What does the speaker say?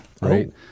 right